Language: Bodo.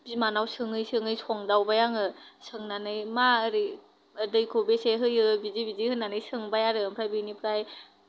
बिमानाव सोङै सोङै संदावबाय आङो सोंनानै मा ओरै दैखौ बेसे होयो बिदि बादि होननानै सोंबाय आरो ओमफ्राय बिनिफ्राय